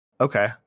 Okay